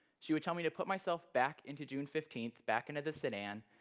she would tell me to put myself back into june fifteenth, back into the sedan,